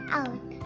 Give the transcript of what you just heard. out